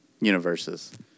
universes